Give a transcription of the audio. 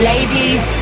Ladies